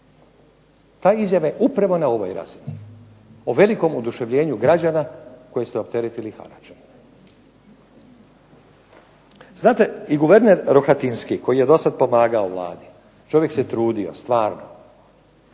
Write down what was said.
Ta izjava je upravo na ovoj razini, o velikom oduševljenju građana koje ste opteretili haračem. Znate, i guverner Rohatinski koji je dosad pomagao Vladi, čovjek se trudio stvarno,